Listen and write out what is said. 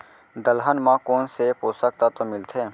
दलहन म कोन से पोसक तत्व मिलथे?